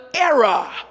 era